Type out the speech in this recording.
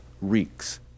reeks